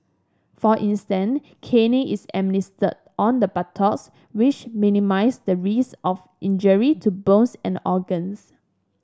for instance caning is administered on the buttocks which minimises the risk of injury to bones and organs